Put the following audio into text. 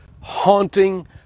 haunting